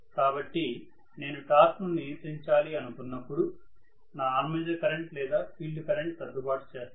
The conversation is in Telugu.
కాబట్టి నేను టార్క్ ను నియంత్రించాలి అనుకున్నప్పుడు నా ఆర్మేచర్ కరెంట్ లేదా ఫీల్డ్ కరెంట్ సర్దుబాటు చేస్తాను